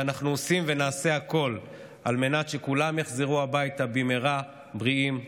ואנחנו עושים ונעשה הכול על מנת שכולם יחזרו הביתה במהרה בריאים ושלמים.